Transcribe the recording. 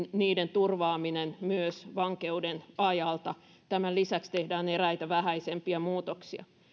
turvaaminen myös vankeuden ajalta tämän lisäksi tehdään eräitä vähäisempiä muutoksia